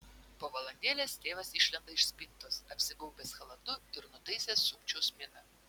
po valandėlės tėvas išlenda iš spintos apsigaubęs chalatu ir nutaisęs sukčiaus miną